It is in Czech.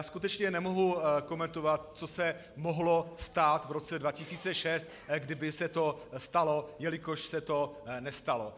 Skutečně nemohu komentovat, co se mohlo stát v roce 2006, kdyby se to stalo, jelikož se to nestalo.